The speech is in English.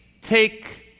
take